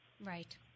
Right